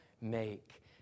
make